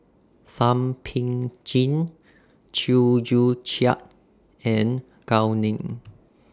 Thum Ping Jin Chew Joo Chiat and Gao Ning